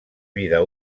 vida